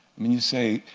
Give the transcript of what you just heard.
i mean you say,